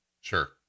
Sure